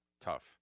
Tough